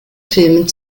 filmen